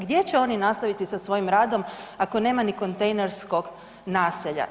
Gdje će oni nastaviti sa svojim radom ako nema ni kontejnerskog naselja?